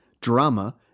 drama